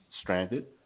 stranded